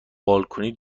بالکنی